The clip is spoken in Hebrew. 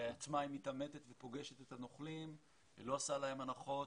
בעצמה היא מתעמתת ופוגשת את הנוכלים ולא עושה להם הנחות.